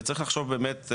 וצריך לחשוב באמת,